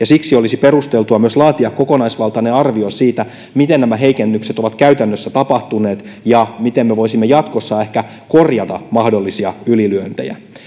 siksi olisi perusteltua myös laatia kokonaisvaltainen arvio siitä miten nämä heikennykset ovat käytännössä tapahtuneet ja miten me voisimme jatkossa ehkä korjata mahdollisia ylilyöntejä